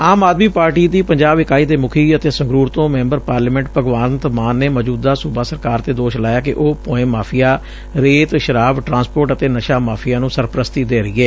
ਆਮ Aadmi party ਦੀ ਪੰਜਾਬ ਇਕਾਈ ਦੇ ਮੁਖੀ ਅਤੇ ਸੰਗਰੂਰ ਤੋਂ ਮੈਬਰ ਪਾਰਲੀਮੈਟ ਭਗਵੰਤ ਮਾਨ ਨੇ ਮੌਜੁਦਾ ਸੁਬਾ ਸਰਕਾਰ ਤੇ ਦੋਸ਼ ਲਾਇਆ ਕਿ ਉਹ ਭੋਇੰ ਮਾਫੀਆ ਰੇਤ ਸ਼ਰਾਬ ਟਰਾਂਸਪੋਰਟ ਅਤੇ ਨਸ਼ਾ ਮਾਫੀਆ ਨੂੰ ਸਰਪ੍ਰਸਤੀ ਦੇ ਰਹੀ ਏ